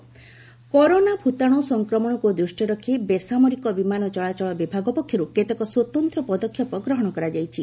corona virus DGCA corona ଭୂତାଣୁ ସଂକ୍ରମଣକୁ ଦୃଷ୍ଟିରେ ରଖି ବେସାମରିକ ବିମାନ ଚଳାଚଳ ବିଭାଗ ପକ୍ଷରୁ କେତେକ ସ୍ୱତନ୍ତ୍ର ପଦକ୍ଷେପ ଗ୍ରହଣ କରାଯାଇଛି